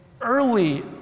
early